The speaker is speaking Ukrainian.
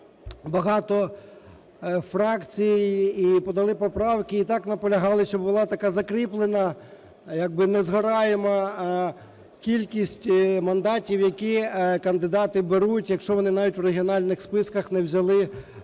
багато фракцій і подали поправки, і так наполягали, щоб була така закріплена як би "незгораєма" кількість мандатів, які кандидати беруть, якщо вони навіть в регіональних списках не набрали